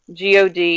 god